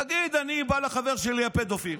תגיד: אני בא לחבר שלי הפדופיל.